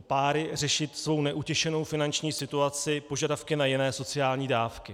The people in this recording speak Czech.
páry, řešit svou neutěšenou finanční situaci požadavky na jiné sociální dávky.